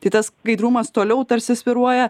tai tas skaidrumas toliau tarsi svyruoja